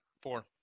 Four